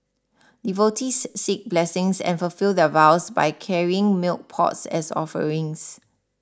devotees seek blessings and fulfil their vows by carrying milk pots as offerings